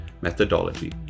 methodology